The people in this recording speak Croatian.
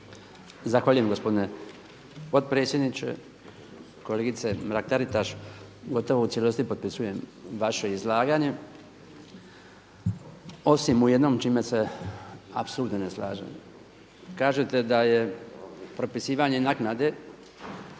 Zahvaljujem gospodine potpredsjedniče. Kolegice Mrak-Taritaš, gotovo u cijelosti potpisujem vaše izlaganje osim u jednom čime se apsolutno ne slažem. Kažete da je propisivanje naknade